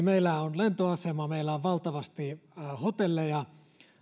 meillä on lentoasema meillä on valtavasti hotelleja